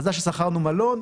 מזל ששכרנו מלון.